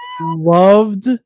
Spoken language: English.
loved